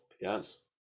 yes